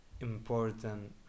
important